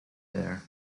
there